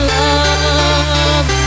love